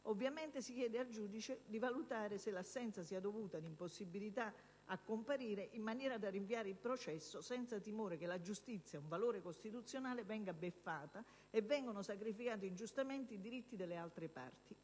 Ovviamente, si chiede al giudice di valutare se l'assenza sia dovuta ad impossibilità a comparire, in maniera da rinviare il processo senza timore che la giustizia (un valore costituzionale) venga beffata e vengano sacrificati ingiustamente i diritti delle altre parti,